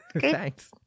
Thanks